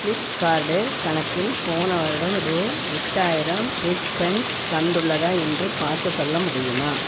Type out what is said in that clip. ப்ளிப்கார்டு கணக்கில் போன வருடம் ரூபா எட்டாயிரம் ரீஃபண்ட் வந்துள்ளதா என்று பார்த்துச் சொல்ல முடியுமா